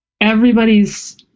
everybody's